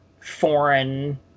foreign